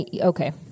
okay